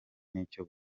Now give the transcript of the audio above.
n’icyo